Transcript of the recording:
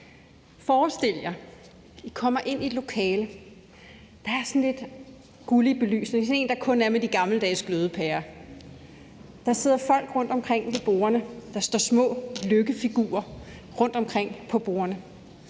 Forestil jer, at I kommer ind i et lokale, hvor der er sådan en lidt gullig belysning, sådan en, der kun er der med de gammeldags glødepærer, at der sidder folk rundtomkring ved bordene, der står små lykkefigurer rundtomkring på bordene,